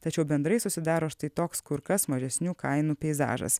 tačiau bendrai susidaro štai toks kur kas mažesnių kainų peizažas